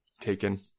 taken